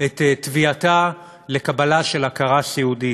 את תביעתה לקבלה של הכרה סיעודית.